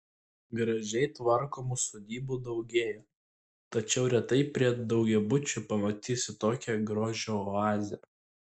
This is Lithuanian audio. gražiai tvarkomų sodybų daugėja tačiau retai prie daugiabučių pamatysi tokią grožio oazę